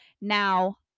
now